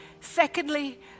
Secondly